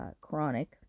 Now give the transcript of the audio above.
chronic